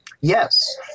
Yes